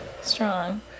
strong